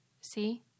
See